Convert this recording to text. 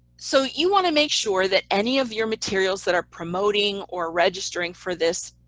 so you want to make sure that any of your materials that are promoting or registering for this